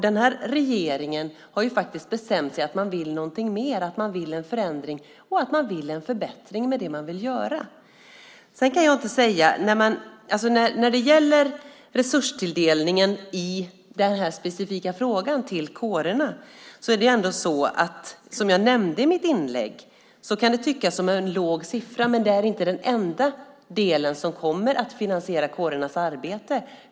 Den här regeringen har faktiskt bestämt sig för att man vill något mer, att man vill en förändring och att man vill en förbättring med det man vill göra. När det gäller resurstilldelningen till kårerna i den här specifika frågan kan det, som jag nämnde i mitt inlägg, tyckas vara en låg siffra. Men det är inte den enda del som kommer att finansiera kårernas arbete.